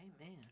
Amen